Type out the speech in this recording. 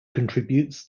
contributes